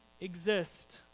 exist